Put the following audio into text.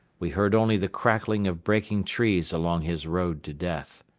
we heard only the crackling of breaking trees along his road to death.